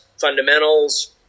fundamentals